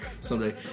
someday